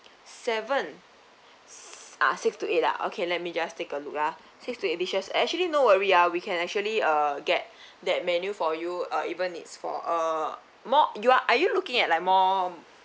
seven uh six to eight ah okay let me just take a look ah six to eight dishes actually no worry ah we can actually uh get that menu for you uh even its for uh more you are are you looking at like more